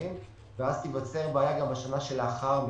המשרדים ואז תיווצר בעיה גם בשנה שלאחר מכן.